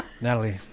natalie